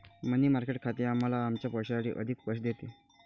मनी market खाते आम्हाला आमच्या पैशासाठी अधिक पैसे देते